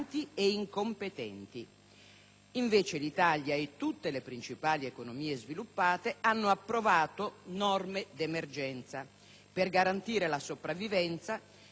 Invece l'Italia e tutte le principali economie sviluppate hanno approvato norme d'emergenza per garantire la sopravvivenza di quelle stesse banche.